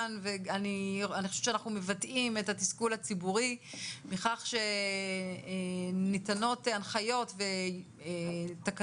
ואני חושבת שאנחנו מבטאים את התסכול הציבורי מכך שניתנות הנחיות ותקנות,